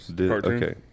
Okay